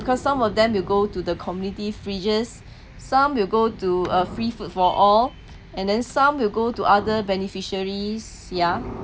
because some of them will go to the community fridges some will go to a free food for all and then some will go to other beneficiaries ya